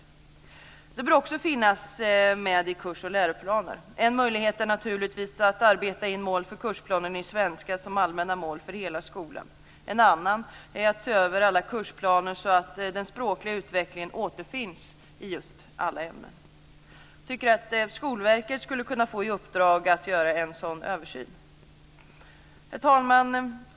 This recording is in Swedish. Detta bör också finnas med i kurs och läroplaner. En möjlighet är naturligtvis att arbeta in mål för kursplanen i svenska som allmänna mål för hela skolan. En annan är att se över alla kursplaner så att den språkliga utvecklingen återfinns i just alla ämnen. Jag tycker att Skolverket skulle kunna få i uppdrag att göra en sådan översyn. Herr talman!